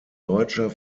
deutscher